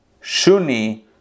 Shuni